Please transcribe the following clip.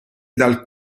dal